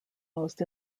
most